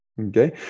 Okay